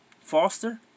Foster